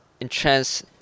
entrance